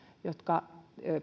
jotka